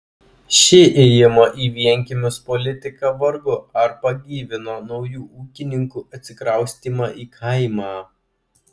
ši ėjimo į vienkiemius politika vargu ar pagyvino naujų ūkininkų atsikraustymą į kaimą